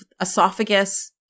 esophagus